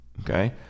okay